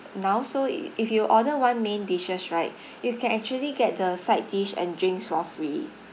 now so if you order one main dishes right you can actually get the side dish and drinks for free